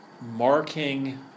marking